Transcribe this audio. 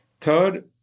Third